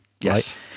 Yes